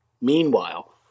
Meanwhile